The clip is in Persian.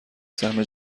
سهم